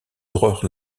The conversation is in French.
horreurs